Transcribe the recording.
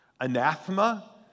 anathema